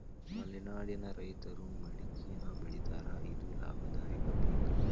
ಮಲೆನಾಡಿನ ರೈತರು ಮಡಕಿನಾ ಬೆಳಿತಾರ ಇದು ಲಾಭದಾಯಕ ಪಿಕ್